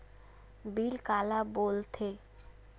Bill काला बोल थे?